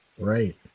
Right